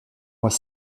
moins